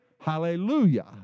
hallelujah